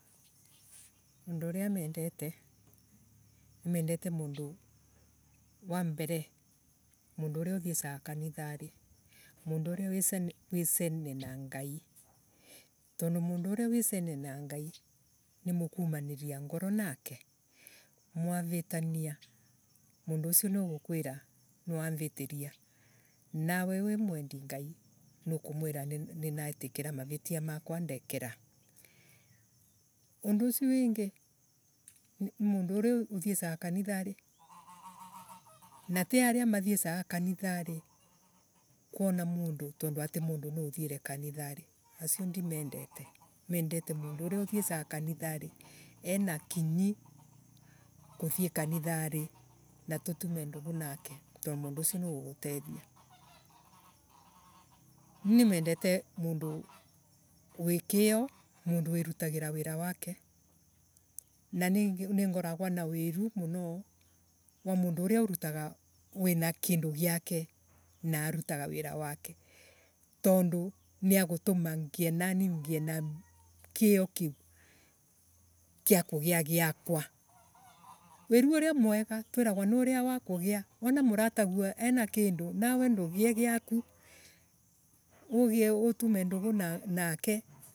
Andu aria mendete nimendete mundu wa mbere. mundu uria uthiesaga kanithari mundu uria wisene na ngai ni mukumaniriria ngoro nake mwaretania mundu ucio niagukwira niwamvitiria nawe wi mwendi ngai niukumwira ninetikira mavetia makwa ndekera undu ucio wingi mundu uria uthiesaga kanithari na tiaria mathiesaga kanithari kwona mundu tandu atii mundu niathiere kanithari acio ndimendete. Mendete mundu uria uthiecaga kanithari ena. Kunyi kuthie kanithari na tutume nduugu nako tondu mundu ucio niegutethia. Nimendete mundu wina kiio. Mundu wirutagira wira wake na ningoragwa na wiru muno na mundu uria urutaga wiina kindu giake na arutaga wiira wake tandu niagutumia ngie nani ngie na kiio kiu gia kugia giakwa. Wiru uria mwega twiragwa ni uria wa kugia wana. Murataguo ena kindu nawe ndugie giaku. ugie utume ndugu nake.